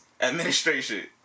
administration